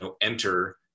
enter